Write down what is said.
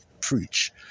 preach